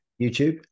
youtube